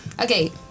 Okay